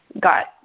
got